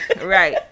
Right